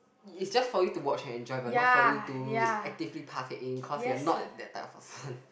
is just for you to watch and enjoy but not for you to actively participate cause you're not that type of person